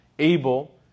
Able